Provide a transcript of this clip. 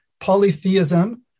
polytheism